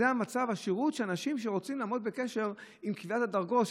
זה מצב השירות לאנשים שרוצים לעמוד בקשר עם פקידת הדרגות,